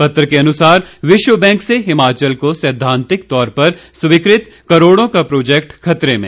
पत्र के अनुसार विश्व बैंक से हिमाचल को सैद्वांतिक तौर पर स्वीकृत करोड़ों का प्रोजेक्ट खतरे में